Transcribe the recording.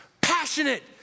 passionate